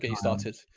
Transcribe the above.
and started.